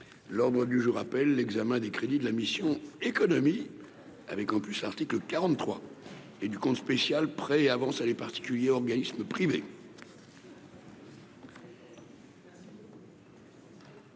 l'ordre du jour appelle l'examen des crédits de la mission Économie avec en plus l'article 43 et du compte spécial Prêts et avances particuliers organismes privés.